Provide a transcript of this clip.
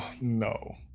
no